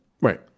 Right